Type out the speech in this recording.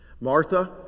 Martha